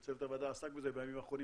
וצוות הוועדה עסק בזה בימים האחרונים,